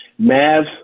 Mavs